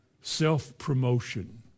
Self-promotion